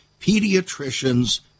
pediatrician's